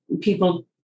people